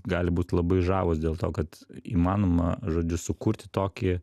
gali būt labai žavūs dėl to kad įmanoma žodžiu sukurti tokį